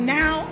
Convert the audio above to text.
now